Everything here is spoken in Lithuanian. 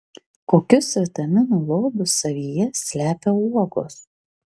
kokius vitaminų lobius savyje slepia uogos